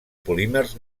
polímers